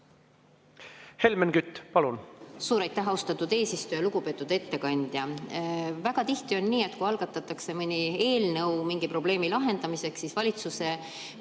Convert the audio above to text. Helmen Kütt, palun!